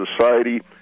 society